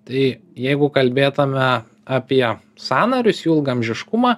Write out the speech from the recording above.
tai jeigu kalbėtume apie sąnarius jų ilgaamžiškumą